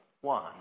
one